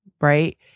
right